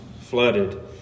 flooded